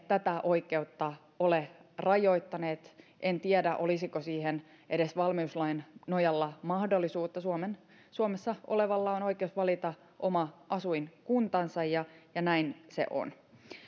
tätä oikeutta ole rajoittaneet en tiedä olisiko siihen edes valmiuslain nojalla mahdollisuutta suomessa olevalla on oikeus valita oma asuinkuntansa ja ja näin se on